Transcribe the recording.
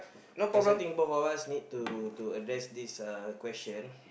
cause I think both of us need to to address this uh question